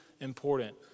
important